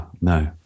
No